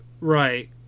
Right